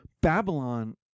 Babylon